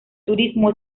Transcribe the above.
turismo